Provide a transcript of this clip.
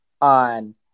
on